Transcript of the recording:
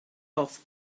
off